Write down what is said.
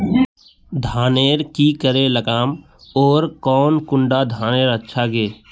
धानेर की करे लगाम ओर कौन कुंडा धानेर अच्छा गे?